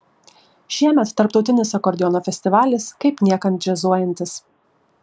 šiemet tarptautinis akordeono festivalis kaip niekad džiazuojantis